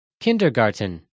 Kindergarten